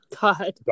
God